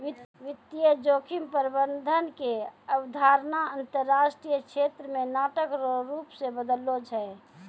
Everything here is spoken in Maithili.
वित्तीय जोखिम प्रबंधन के अवधारणा अंतरराष्ट्रीय क्षेत्र मे नाटक रो रूप से बदललो छै